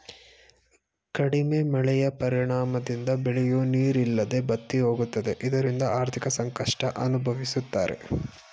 ಕಡಿಮೆ ಮಳೆಯ ಪರಿಣಾಮದಿಂದ ಬೆಳೆಯೂ ನೀರಿಲ್ಲದೆ ಬತ್ತಿಹೋಗುತ್ತದೆ ಇದರಿಂದ ಆರ್ಥಿಕ ಸಂಕಷ್ಟ ಅನುಭವಿಸುತ್ತಾರೆ